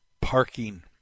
parking